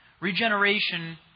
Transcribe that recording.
Regeneration